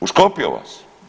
Uškopio vas.